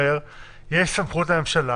אבל אמרנו,